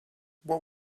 what